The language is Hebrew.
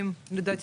דרך אגב,